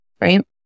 right